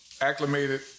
acclimated